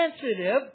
sensitive